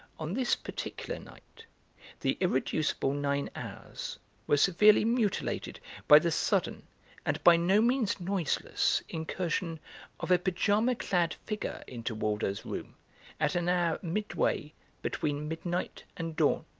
on this particular night the irreducible nine hours were severely mutilated by the sudden and by no means noiseless incursion of a pyjama clad figure into waldo's room at an hour midway between midnight and dawn.